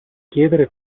chiedere